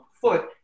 foot